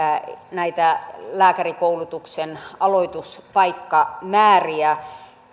näitä lääkärikoulutuksen aloituspaikkamääriä